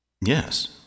Yes